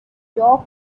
york